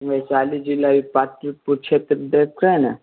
वैशाली जिलाये पाटलिपुर क्षेत्र देखे हैं न